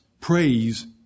Praise